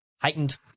heightened